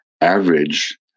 average